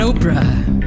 Oprah